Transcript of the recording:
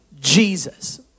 Jesus